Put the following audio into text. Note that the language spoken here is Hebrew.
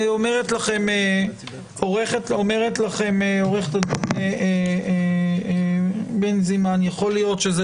אומרת לכם עורכת הדין בנזימן שיכול להיות שזה